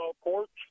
courts